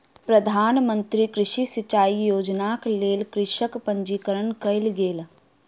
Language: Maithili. प्रधान मंत्री कृषि सिचाई योजनाक लेल कृषकक पंजीकरण कयल गेल